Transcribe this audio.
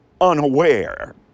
unaware